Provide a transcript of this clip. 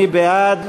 מי בעד?